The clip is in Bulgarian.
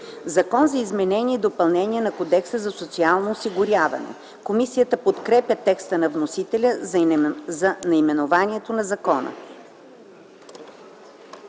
„Закон за изменение и допълнение на Кодекса за социално осигуряване.” Комисията подкрепя текста на вносителя за наименованието на закона.